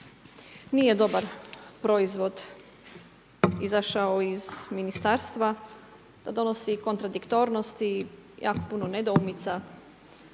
nije dobar proizvod izašao iz Ministarstva, donosi kontradiktornosti, jako puno nedoumica,